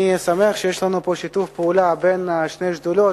אני שמח שיש לנו פה שיתוף פעולה בין שתי שדולות,